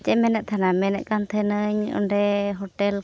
ᱪᱮᱫ ᱮᱢ ᱢᱮᱱᱮᱫ ᱛᱟᱦᱮᱱᱟ ᱢᱮᱱᱮᱫ ᱠᱟᱱᱛᱟᱦᱮᱱᱟᱹᱧ ᱚᱸᱰᱮ ᱦᱳᱴᱮᱞ